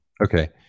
Okay